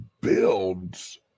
builds